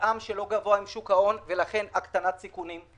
מתאם לא גבוה עם שוק ההון ולכן יש הקטנת סיכונים,